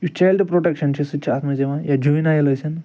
یُس child protection چھُ سُہ تہِ چھُ اتھ منٛز یِوان یا جوٗنِنایل ٲسِن